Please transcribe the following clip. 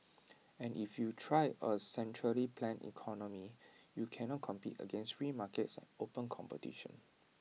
and if you try A centrally planned economy you cannot compete against free markets and open competition